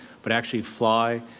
but actually fly?